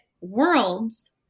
worlds